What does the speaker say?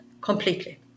completely